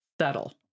settle